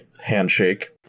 handshake